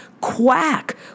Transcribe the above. quack